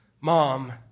Mom